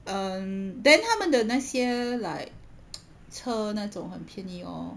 um then 他们的那些 like 车那种很便宜哦